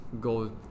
go